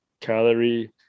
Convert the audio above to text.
calorie